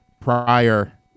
prior